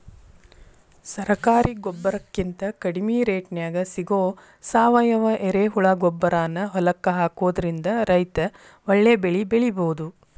ಸರಕಾರಿ ಗೊಬ್ಬರಕಿಂತ ಕಡಿಮಿ ರೇಟ್ನ್ಯಾಗ್ ಸಿಗೋ ಸಾವಯುವ ಎರೆಹುಳಗೊಬ್ಬರಾನ ಹೊಲಕ್ಕ ಹಾಕೋದ್ರಿಂದ ರೈತ ಒಳ್ಳೆ ಬೆಳಿ ಬೆಳಿಬೊದು